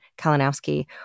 Kalinowski